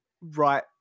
right